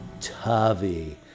Tavi